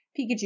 Pikachu